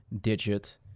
digit